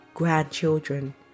Grandchildren